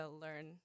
learn